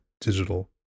digital